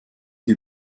sie